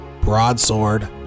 broadsword